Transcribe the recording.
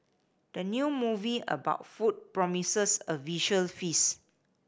the new movie about food promises a visual feast